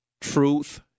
truth